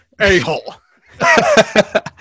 a-hole